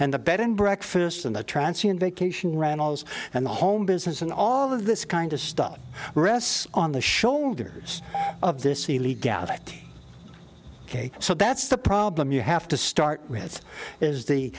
and the bed and breakfast in the transmission vacation rentals and the home business and all of this kind of stuff rests on the shoulders of this the legality ok so that's the problem you have to start with is the